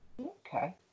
okay